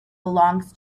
belongs